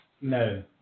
no